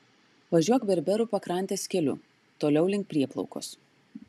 važiuok berberų pakrantės keliu toliau link prieplaukos